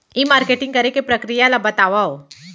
ई marketing करे के प्रक्रिया ला बतावव?